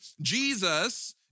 Jesus